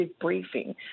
briefing